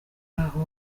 aho